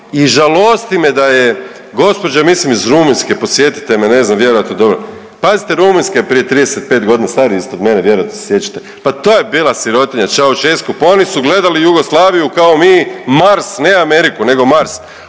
I žalosti me da je gospođa mislim iz Rumunjske podsjetite me ne znam vjerojatno dobro, pazite Rumunjske prije 35 godina, stariji ste od mene vjerojatno se sjećate, pa to je bila sirotinja Ceausescu, pa oni su gledali Jugoslaviju kao mi Mars, ne Ameriku nego Mars,